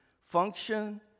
function